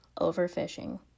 overfishing